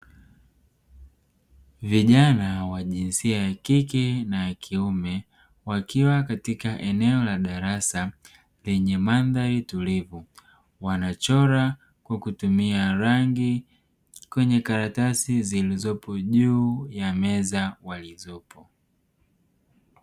Vijana wa jinsia ya kike na kiume wakiwa katika eneo la darasa lenye madhari tulivu. Wanachora kwa kutumia rangi kwenye karatasi zilizopo juu ya meza walizopo.